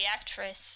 actress